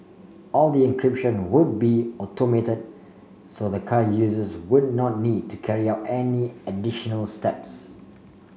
all the encryption would be automated so the car users would not need to carry out any additional steps